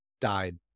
died